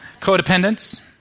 Codependence